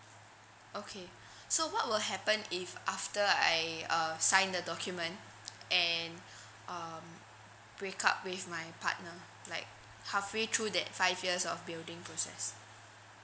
okay so what will happen if after I uh sign the document and um break up with my partner like halfway through that five years of building process